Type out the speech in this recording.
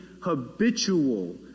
habitual